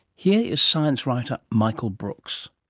here is science writer michael brooks.